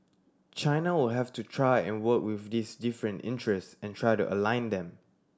China will have to try and work with these different interests and try to align them